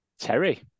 Terry